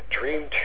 dream